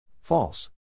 False